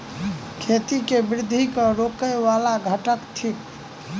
खेती केँ वृद्धि केँ रोकय वला घटक थिक?